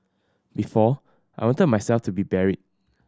before I wanted myself to be buried